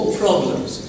problems